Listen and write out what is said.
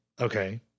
Okay